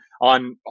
on